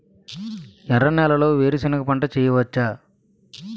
ఎర్ర నేలలో వేరుసెనగ పంట వెయ్యవచ్చా?